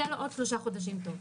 יהיו לו עוד שלושה חודשים תוקף.